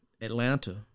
Atlanta